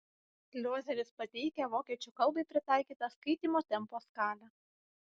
liozeris pateikia vokiečių kalbai pritaikytą skaitymo tempo skalę